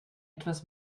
etwas